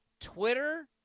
Twitter